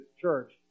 church